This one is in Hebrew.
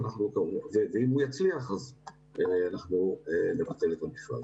ואם הוא יצליח אז אנחנו נבטל את המכרז.